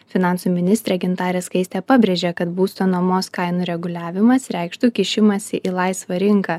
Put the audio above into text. finansų ministrė gintarė skaistė pabrėžė kad būsto nuomos kainų reguliavimas reikštų kišimąsi į laisvą rinką